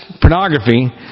pornography